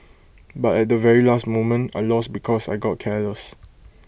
but at the very last moment I lost because I got careless